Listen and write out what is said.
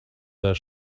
their